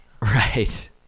right